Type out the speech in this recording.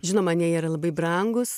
žinoma nie yra labai brangūs